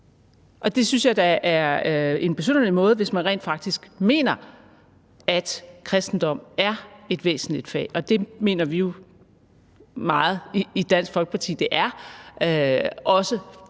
og det synes jeg da er besynderligt, hvis man rent faktisk mener, at kristendom er et væsentligt fag. Og det mener vi jo meget i Dansk Folkeparti at det er, også med